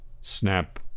Snap